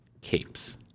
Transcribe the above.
capes